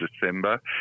December